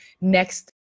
next